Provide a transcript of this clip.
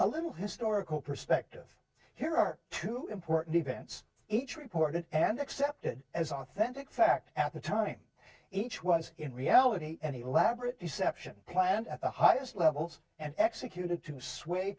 a little historical perspective here are two important events each reported and accepted as authentic fact at the time each was in reality any leverage reception planned at the highest levels and executed to sway